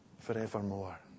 forevermore